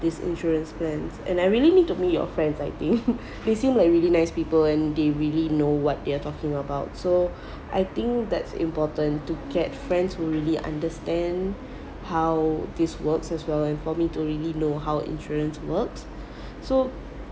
this insurance plans and I really need to meet your friends I think they seem like really nice people and they really know what they are talking about so I think that's important to get friends who really understand how this works as well as for me to really know how insurance works so